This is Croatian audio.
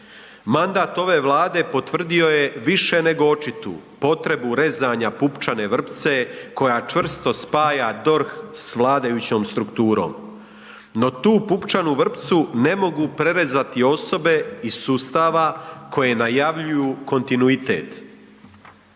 Manda ove Vlade potvrdio je više nego očitu potrebu rezanja pupčane vrpce koja čvrsto spaja DORH s vladajućom strukturom. No tu pupčanu vrpcu ne mogu prerezati osobe iz sustava koje najavljuju kontinuitet.